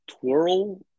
twirl